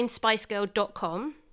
spicegirl.com